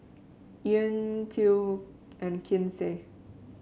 Ean Clell and Kinsey